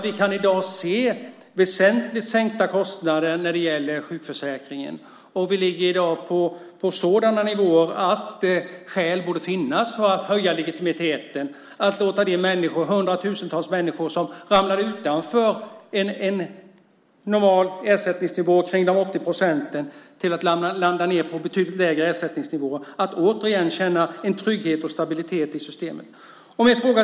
Vi kan i dag se väsentligt sänkta kostnader när det gäller sjukförsäkringen. Vi ligger i dag på sådana nivåer att skäl borde finnas för att höja legitimiteten, att låta de hundratusentals människor som ramlar utanför en normal ersättningsnivå kring 80 procent och landar på betydligt lägre ersättningsnivåer återigen känna en trygghet och stabilitet i systemen.